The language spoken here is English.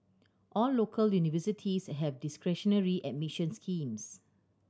all local universities have discretionary admission schemes